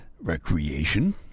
recreation